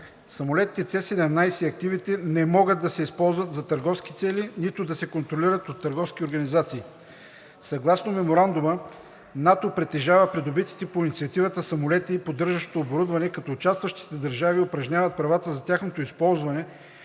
Самолетите С-17 и активите не могат да се използват за търговски цели, нито да се контролират от търговски организации. Съгласно Меморандума НАТО притежава придобитите по инициативата самолети и поддържащото оборудване, като участващите държави упражняват правата за тяхното използване